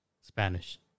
Spanish